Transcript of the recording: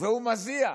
והוא מזיע,